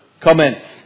comments